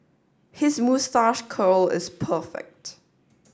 his moustache curl is perfect